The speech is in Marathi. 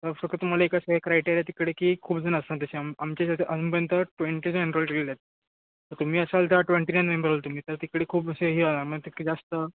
तर फक्त तुम्हाला एक असं क्रायटेरिया तिकडे की खूपजण असणार तसे आमच्या अजूनपर्यंत ट्वेंटीजण एनरोल केलेले आहेत तर तुम्ही असाल त्या ट्वेंटी नाईन मेंबर होतील तुम्ही तर तिकडे खूप असे हे आ मग तिथे जास्त